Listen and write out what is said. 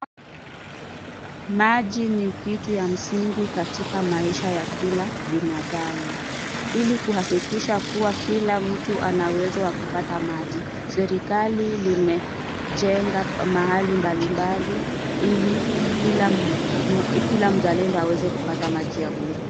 Maji ni kitu ya msingi katika maisha ya kila binadamu. Ili kuhakikisha kila mtu ana uwezo wa kupata maji serikali imejenga mahali mbalimbali ili kila mzalendo aweze kupata maji ya bure.